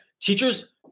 teachers